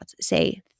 say